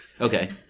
Okay